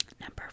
number